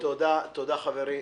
תודה חברי.